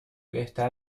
بهتر